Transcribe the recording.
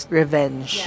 revenge